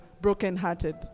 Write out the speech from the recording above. brokenhearted